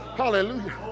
Hallelujah